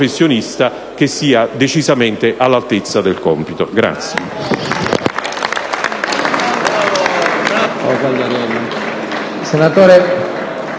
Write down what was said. che sia decisamente all'altezza del compito.